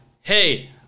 hey